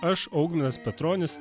aš augminas petronis